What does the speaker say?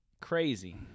crazy